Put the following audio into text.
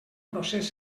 procés